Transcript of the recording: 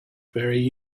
very